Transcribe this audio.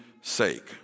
sake